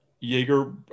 Jaeger